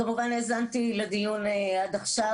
כמובן שהאזנתי לדיון עד עכשיו.